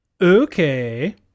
Okay